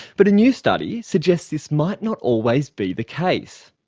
but a new study suggests this might not always be the case.